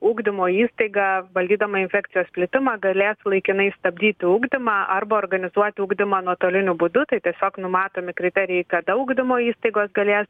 ugdymo įstaiga valdydama infekcijos plitimą galės laikinai stabdyti ugdymą arba organizuoti ugdymą nuotoliniu būdu tai tiesiog numatomi kriterijai kada ugdymo įstaigos galės